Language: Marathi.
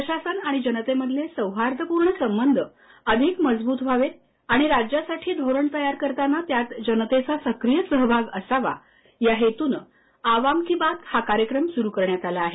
प्रशासन आणि जनतेमधले सौहार्दपूर्ण संबध अधिक मजबूत व्हावेत आणि राज्यासाठी धोरण तयार करताना त्यात जनतेचा सक्रिय सहभाग असावा या हेतूनं आवाम की बात कार्यक्रम सुरू करण्यात आला आहे